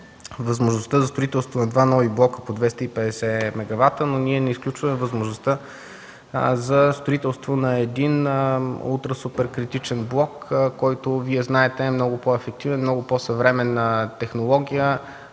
възможността за строителство на два нови блока по 250 мегавата, но ние не изключваме възможността за строителство на един ултра супер критичен блок, който, Вие знаете, е много по-ефективен, с много по-съвременна технология.